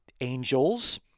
angels